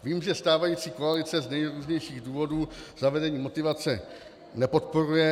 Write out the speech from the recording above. Vím, že stávající koalice z nejrůznějších důvodů zavedení motivace nepodporuje.